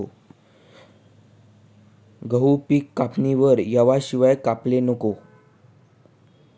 गहूनं पिक कापणीवर येवाशिवाय कापाले नको